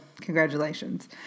congratulations